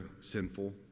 sinful